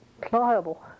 pliable